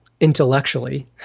intellectually